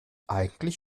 eigentlich